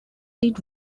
did